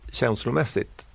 känslomässigt